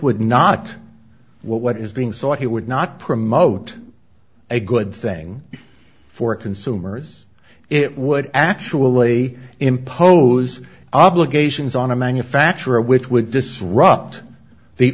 would not what what is being sought he would not promote a good thing for consumers it would actually impose obligations on a manufacturer which would disrupt the